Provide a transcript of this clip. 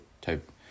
type